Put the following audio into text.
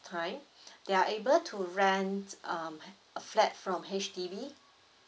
time they are able to rent um a flat from H_D_B